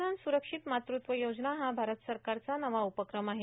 पंतप्रधान स्रुरक्षित मातृत्व योजना हा भारत सरकारचा नवा उपक्रम आहे